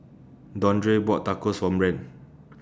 Dondre bought Tacos For Brandt